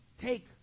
take